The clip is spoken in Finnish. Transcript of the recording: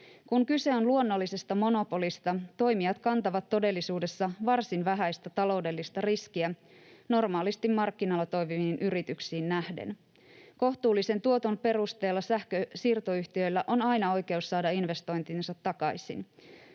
Kun kyse on luonnollisesta monopolista, toimijat kantavat todellisuudessa varsin vähäistä taloudellista riskiä normaalisti markkinoilla toimiviin yrityksiin nähden. Kohtuullisen tuoton perusteella sähkönsiirtoyhtiöillä on aina oikeus saada investointinsa takaisin.